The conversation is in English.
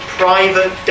private